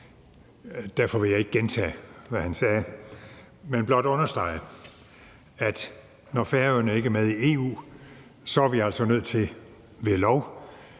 Derfor vil jeg ikke gentage, hvad han sagde, men blot understrege, at vi, når Færøerne ikke er med i EU, altså så er nødt til ved lov